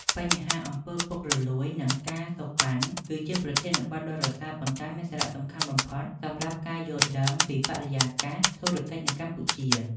បញ្ហាអំពើពុករលួយ និងការសូកប៉ាន់ គឺជាប្រធានបទដ៏រសើប ប៉ុន្តែមានសារៈសំខាន់បំផុតសម្រាប់ការយល់ដឹងពីបរិយាកាសធុរកិច្ចនៅកម្ពុជា។